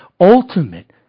ultimate